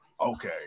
okay